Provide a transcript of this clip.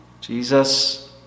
Jesus